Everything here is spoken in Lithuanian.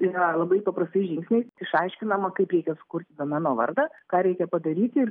yra labai paprastais žingsniais išaiškinama kaip reikia sukurti domeno vardą ką reikia padaryti ir